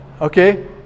okay